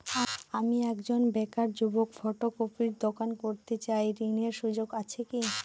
আমি একজন বেকার যুবক ফটোকপির দোকান করতে চাই ঋণের সুযোগ আছে কি?